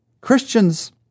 Christians